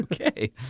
Okay